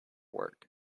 work